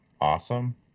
awesome